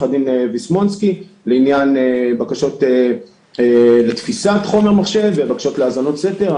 הדין ויסמונסקי לעניין בקשות לתפיסת חומר מחשב ובקשות להאזנות סתר.